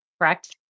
correct